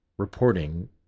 reporting